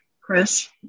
Chris